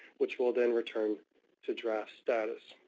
which will then return to draft status.